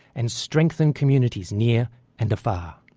and strengthen communities near and afar.